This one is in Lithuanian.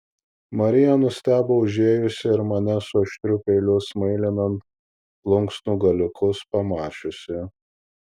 marija nustebo užėjusi ir mane su aštriu peiliu smailinant plunksnų galiukus pamačiusi